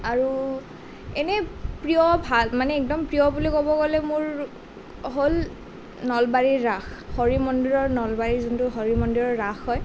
আৰু এনেই প্ৰিয় ভাল মানে একদম প্ৰিয় বুলি ক'ব গ'লে মোৰ হ'ল নলবাৰীৰ ৰাস হৰি মন্দিৰৰ নলবাৰীৰ যোনটো হৰি মন্দিৰৰ ৰাস হয়